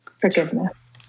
Forgiveness